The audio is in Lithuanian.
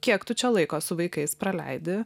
kiek tu čia laiko su vaikais praleidi